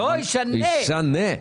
לא ישנה.